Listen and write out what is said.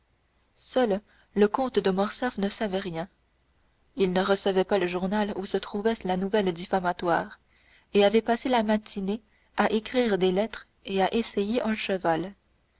seul le comte de morcerf ne savait rien il ne recevait pas le journal où se trouvait la nouvelle diffamatoire et avait passé la matinée à écrire des lettres et à essayer un cheval